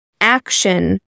action